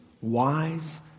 wise